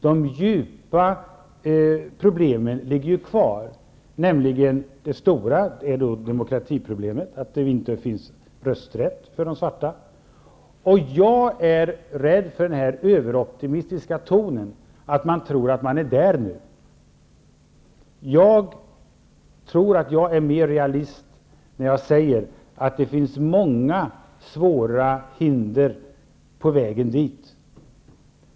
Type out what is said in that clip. De djupa problemen finns kvar, nämligen det stora demokratiproblemet att det inte finns rösträtt för de svarta. Jag är rädd för den överoptimistiska tonen, att man tror att vi är där nu. Jag tror att jag är mer realistisk när jag säger att det finns många våra hinder på vägen dit.